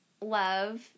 love